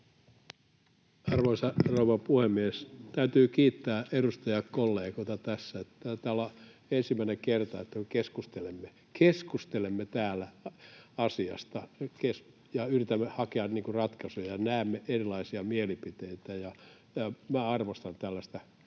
Arvoisa rouva puhemies! Täytyy kiittää edustajakollegoita tässä, että taitaa olla ensimmäinen kerta, että me keskustelemme — keskustelemme — täällä asiasta ja yritämme hakea ratkaisuja ja näemme erilaisia mielipiteitä. Ja minä arvostan tällaista tilannetta,